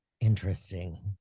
Interesting